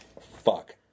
Fuck